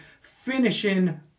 finishing